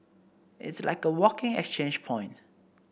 it's like a walking exchange point